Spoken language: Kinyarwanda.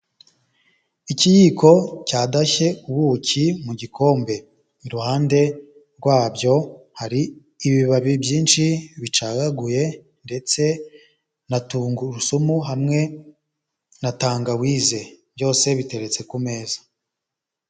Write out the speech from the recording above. Ikiyiko cyadashye ubuki mu gikombe, iruhande rwabyo hari ibibabi byinshi bicagaguye ndetse na tungurusumu hamwe na tangawize byose biteretse ku meza.